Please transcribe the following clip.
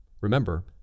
Remember